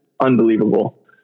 unbelievable